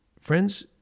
Friends